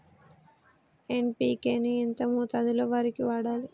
NPK ని ఎంత మోతాదులో వరికి వాడాలి?